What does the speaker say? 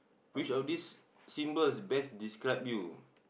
which of this symbols best describe you